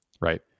right